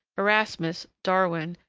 erasmus darwin,